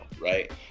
right